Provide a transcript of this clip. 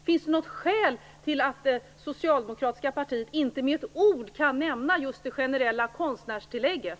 Finns det något skäl till att det socialdemokratiska partiet inte med ett ord kan nämna just det generella konstnärstillägget?